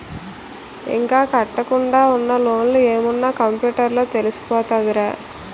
ఇంకా కట్టకుండా ఉన్న లోన్లు ఏమున్న కంప్యూటర్ లో తెలిసిపోతదిరా